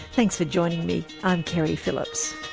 thanks for joining me i'm keri phillips.